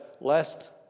lest